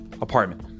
apartment